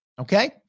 okay